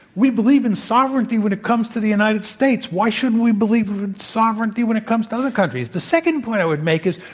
we believe in sovereignty when it comes to the united states. why should we believe in sovereignty when it comes to other countries? the second point i would make is,